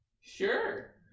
Sure